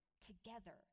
together